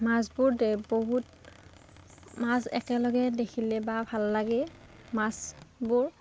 মাছবোৰ দে বহুত মাছ একেলগে দেখিলে বা ভাল লাগে মাছবোৰ